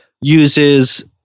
uses